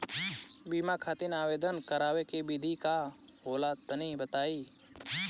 बीमा खातिर आवेदन करावे के विधि का होला तनि बताईं?